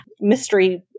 mystery